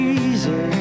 easy